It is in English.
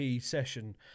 session